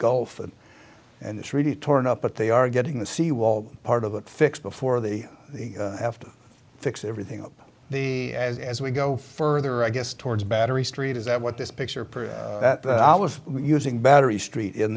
gulf and it's really torn up but they are getting the seawall part of it fixed before they have to fix everything up the as we go further i guess towards battery street is that what this picture per hour was using battery street in